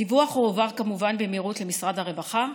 הדיווח הועבר כמובן במהירות למשרד הרווחה,